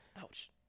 Ouch